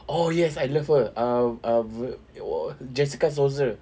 oh yes I love her uh uh jessica szohr